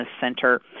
Center